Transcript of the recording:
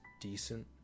decent